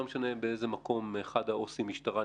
לא משנה באיזה מקום בו נמצא אחד העובדים הסוציאליים,